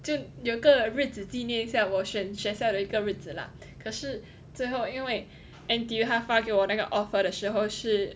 就有一个日子纪念一下我选学校的一个日子啦可是最后因为 N_T_U 他发给我那个 offer 的时候是